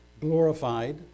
glorified